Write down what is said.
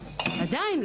עדיין,